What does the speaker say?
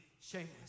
shameless